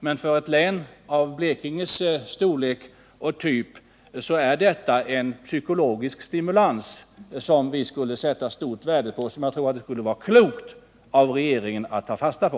Men för ett län av Blekinges storlek och struktur vore detta en stimulans som vi skulle sätta stort värde på och som jag är övertygad om att det skulle vara klokt av regeringen att ta fasta på.